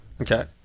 Okay